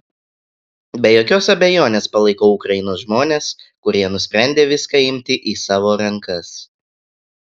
be jokios abejonės palaikau ukrainos žmones kurie nusprendė viską imti į savo rankas